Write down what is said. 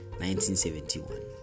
1971